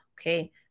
Okay